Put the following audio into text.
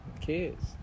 kids